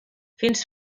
fins